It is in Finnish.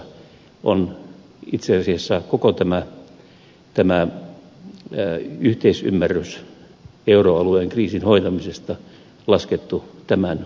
hallitusohjelmassa on itse asiassa koko tämä yhteisymmärrys euroalueen kriisin hoitamisesta laskettu tämän varaan